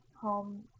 home